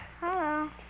Hello